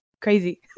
crazy